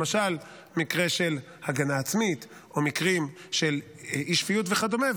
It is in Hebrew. למשל מקרה של הגנה עצמית או מקרים של אי-שפיות וכדומה.